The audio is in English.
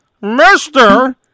Mister